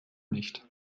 nicht